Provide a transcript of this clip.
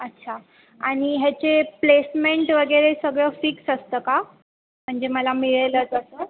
अच्छा आणि ह्याचे प्लेसमेंट वगैरे सगळं फिक्स असतं का म्हणजे मला मिळेलच असं